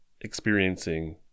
experiencing